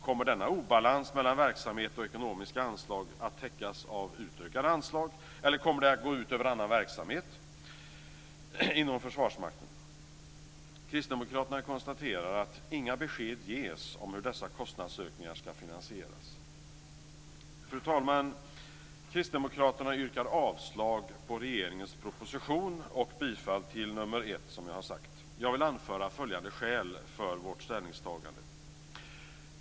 Kommer denna obalans mellan verksamhet och ekonomiska anslag att täckas av utökade anslag, eller kommer det att gå ut över annan verksamhet inom Försvarsmakten? Kristdemokraterna konstaterar att inga besked ges om hur dessa kostnadsökningar ska finansieras. Fru talman! Kristdemokraterna yrkar avslag på regeringens proposition och, som jag redan sagt, bifall till reservation 1. Jag vill anföra följande skäl för vårt ställningstagande.